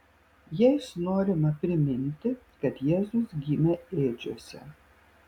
jais norima priminti kad jėzus gimė ėdžiose